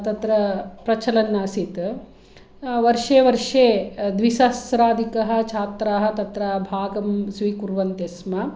तत्र प्रचलन् आसीत् वर्षे वर्षे द्विसहस्राधिकः छात्राः तत्र भागं स्वीकुर्वन्ति स्म